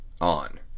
on